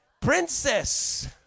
princess